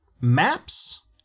maps